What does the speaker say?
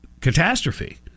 catastrophe